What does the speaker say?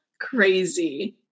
crazy